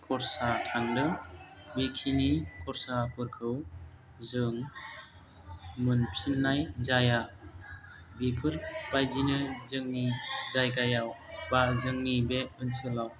खरसा थांदों बेखिनि खरसाफोरखौ जों मोनफिननाय जाया बेफोरबायदिनो जोंनि जायगायाव एबा जोंनि बे ओनसोलाव